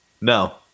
No